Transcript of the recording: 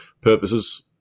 purposes